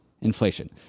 inflation